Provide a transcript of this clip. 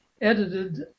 edited